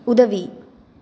உதவி